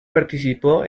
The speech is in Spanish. participó